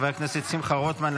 חבר הכנסת שמחה רוטמן,